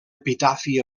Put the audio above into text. epitafi